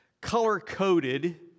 color-coded